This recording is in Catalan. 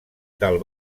del